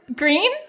Green